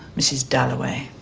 mrs. dalloway.